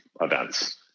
events